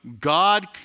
God